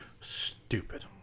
stupid